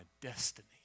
destiny